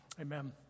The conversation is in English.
Amen